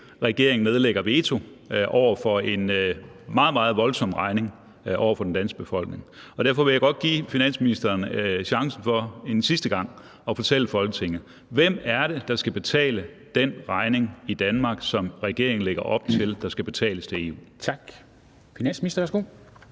regeringen ikke nedlægger veto mod en meget, meget voldsom regning til den danske befolkning, hvis ikke den gør det. Og derfor vil jeg godt give finansministeren chancen for en sidste gang at fortælle Folketinget, hvem det er, der skal betale den regning i Danmark, som regeringen lægger op til skal betales til EU.